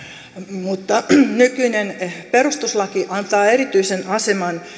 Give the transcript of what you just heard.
mutta nykyinen perustuslaki antaa erityisen aseman